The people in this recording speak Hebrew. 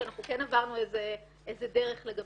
ואנחנו כן עברנו דרך לגביה.